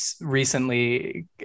recently